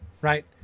right